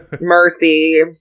Mercy